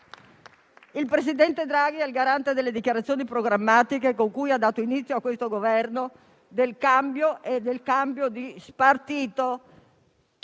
Il presidente Draghi è il garante delle dichiarazioni programmatiche con cui ha dato inizio a questo Governo del cambiamento e del cambio di spartito